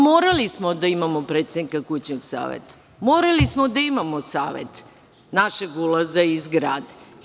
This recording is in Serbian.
Morali smo da imamo predsednika kućnog saveta, morali smo da imamo savet našeg ulaza i zgrade.